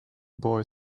boy